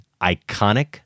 iconic